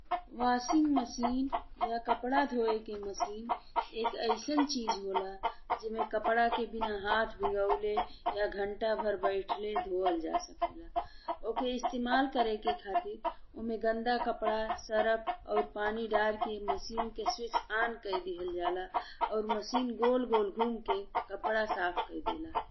Washing machine या कपड़ा धोए के मशीन एक अइसन चीज होला जेमें कपड़ा के बिना हाथ भीगावेले या घंटा भर बैठले धोअल जा सकेला। ओके इस्तेमाल करे के खातिर ओहमे गंदा कपड़ा, सर्फ और पानी डारी के मशीन के स्विच ऑन कइ देहल जाला और मसीन गोल-गोल घूम के कपड़ा साफ कइ देला।